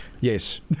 Yes